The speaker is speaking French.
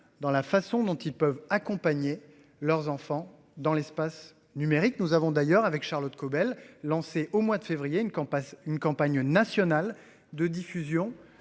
dans la façon dont ils peuvent accompagner leurs enfants dans l'espace numérique. Nous avons d'ailleurs avec Charlotte Caubel lancé au mois de février une campagne, une campagne nationale de diffusion.